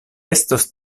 estos